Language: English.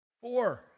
Four